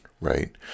right